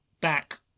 back